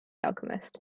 alchemist